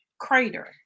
crater